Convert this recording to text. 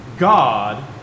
God